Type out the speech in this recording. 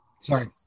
Sorry